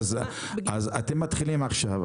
אתם מתחילים עכשיו,